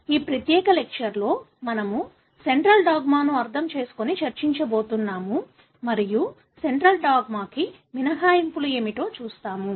ఈ ప్రత్యేక లెక్చర్ లో మనము సెంట్రల్ డోగ్మాను అర్థం చేసుకొని చర్చించబోతున్నాము మరియు సెంట్రల్ డాగ్మాకి మినహాయింపులు ఏమిటో చూస్తాము